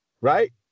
right